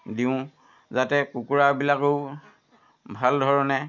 দিওঁ যাতে কুকুৰাবিলাকেও ভাল ধৰণে